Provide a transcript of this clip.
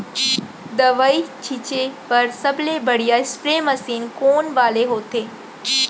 दवई छिंचे बर सबले बढ़िया स्प्रे मशीन कोन वाले होथे?